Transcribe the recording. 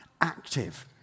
active